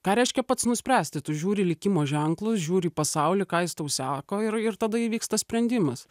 ką reiškia pats nuspręsti tu žiūri likimo ženklus žiūri į pasaulį ką jis tau seko ir ir tada įvyksta sprendimas